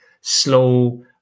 slow